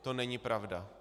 To není pravda.